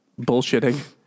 bullshitting